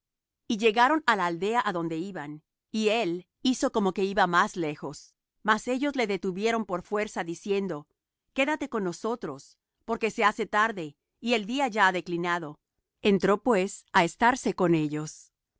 y llegaron á la aldea á donde iban y él hizo como que iba más lejos mas ellos le detuvieron por fuerza diciendo quédate con nosotros porque se hace tarde y el día ya ha declinado entró pues á estarse con ellos